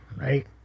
right